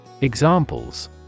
Examples